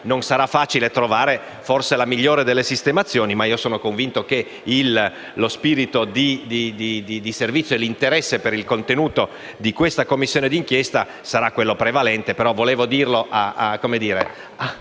non sarà facile trovare la migliore delle sistemazioni, ma sono convinto che lo spirito di servizio e l'interesse per il contenuto di questa Commissione d'inchiesta saranno prevalenti.